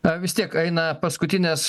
na vis tiek eina paskutinės